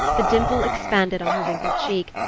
the dimple expanded on her wrinkled cheek,